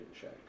check